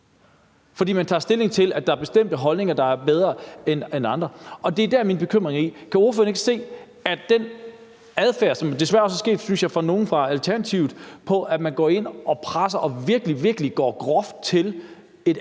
For man tager stilling til, at der er bestemte holdninger, der er bedre end andre. Det er der, min bekymring ligger. Kan ordføreren ikke se, at den adfærd, som jeg synes desværre også udvises af nogle fra Alternativet, altså at man går ind og presser og virkelig, virkeliggår hårdt til nogle